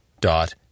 dot